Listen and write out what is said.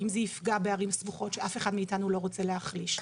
האם זה יפגע בערים סמוכות שאף אחד מאתנו לא רוצה להחליש.